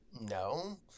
No